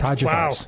Wow